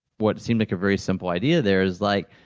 what seemed like a very simple idea there is like,